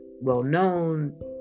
well-known